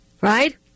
right